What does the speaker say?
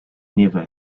never